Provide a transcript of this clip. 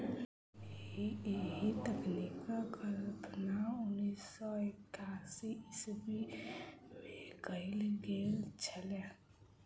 एहि तकनीकक कल्पना उन्नैस सौ एकासी ईस्वीमे कयल गेल छलै